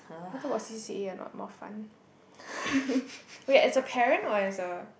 you want to talk about C_C_A or not more fun wait as a parent or as a